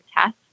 test